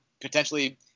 potentially